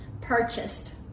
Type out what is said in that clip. purchased